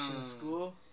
school